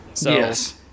Yes